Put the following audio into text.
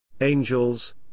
Angels